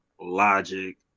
Logic